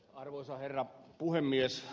arvoisa herra puhemies